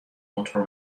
motor